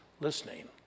listening